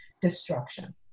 destruction